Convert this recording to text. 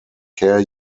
care